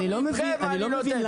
אותה אישה בדיוק.